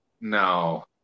no